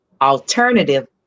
alternative